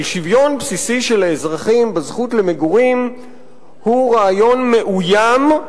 שוויון בסיסי של האזרחים בזכות למגורים הוא רעיון מאוים,